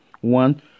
one